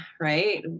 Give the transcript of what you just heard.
right